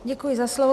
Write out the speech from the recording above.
Děkuji za slovo.